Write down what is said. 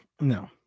no